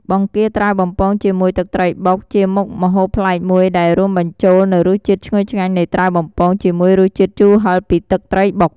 បង្គាត្រាវបំពងជាមួយទឹកត្រីបុក ជាមុខម្ហូបប្លែកមួយដែលរួមបញ្ចូលនូវរសជាតិឈ្ងុយឆ្ងាញ់នៃត្រាវបំពង ជាមួយរសជាតិជូរហឹរពីទឹកត្រីបុក។